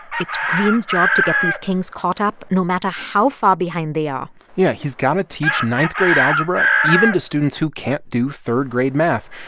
it's greene's job to get these kings caught up no matter how far behind they are yeah, he's got to teach ninth-grade algebra even to students who can't do third-grade math.